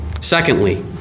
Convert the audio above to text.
Secondly